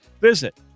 Visit